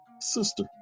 sister